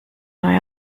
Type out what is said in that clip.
neuer